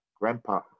grandpa